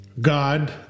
God